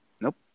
nope